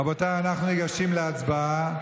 רבותיי, אנחנו ניגשים להצבעה.